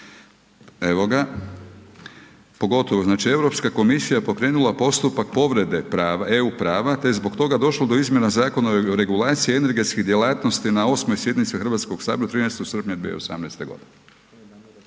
evo ga, pogotovo znači Europska komisija je pokrenula postupak povrede EU prava te je zbog toga došlo do izmjena Zakon o regulaciji energetskih djelatnosti na 8. sjednici Hrvatskog sabora 13. srpnja 2018. godine.